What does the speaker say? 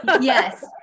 yes